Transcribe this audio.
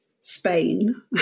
Spain